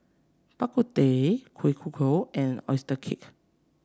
Bak Kut Teh Kueh Kodok and oyster cake